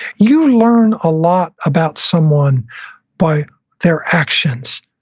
you learn a lot about someone by their actions,